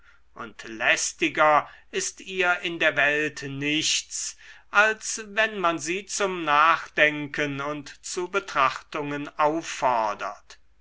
und lästiger ist ihr in der welt nichts als wenn man sie zum nachdenken und zu betrachtungen auffordert